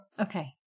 Okay